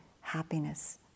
happiness